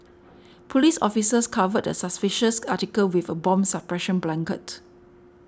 police officers covered a suspicious article with a bomb suppression blanket